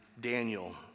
Daniel